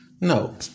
No